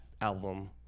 album